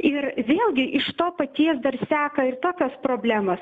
ir vėlgi iš to paties dar seka ir tokios problemos